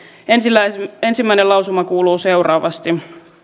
ensimmäinen ensimmäinen lausuma kuuluu seuraavasti